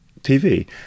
TV